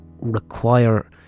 require